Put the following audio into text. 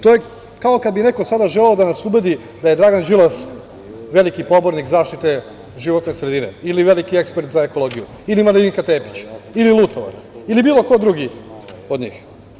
To je kao kada bi sada neko želeo da nas ubedi da je Dragan Đilas veliki pobornik zaštite životne sredine ili veliki ekspert za ekologiju ili Marinika Tepić ili Lutovac ili bilo ko drugi od njih.